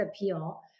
appeal